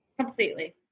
completely